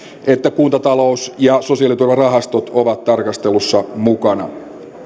että kuntatalous ja sosiaaliturvarahastot ovat tarkastelussa mukana